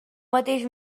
mateix